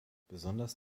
besonders